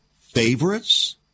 favorites